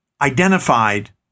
identified